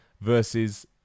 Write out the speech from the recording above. versus